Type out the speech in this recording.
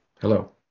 Hello